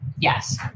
Yes